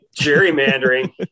Gerrymandering